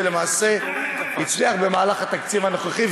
ולכן הוא גם הצליח בתקציב הנוכחי,